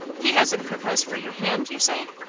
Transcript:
he hasn't proposed for your hand, you say?